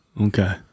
Okay